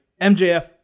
MJF